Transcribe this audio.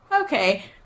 Okay